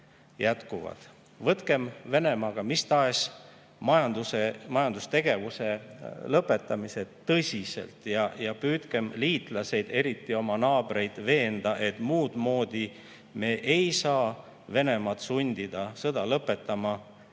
Võtkem Venemaaga mis tahes majandustegevuse lõpetamist tõsiselt ja püüdkem liitlasi, eriti oma naabreid veenda, et muudmoodi me ei saa Venemaad sundida sõda lõpetama kui